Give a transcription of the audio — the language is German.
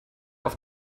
auf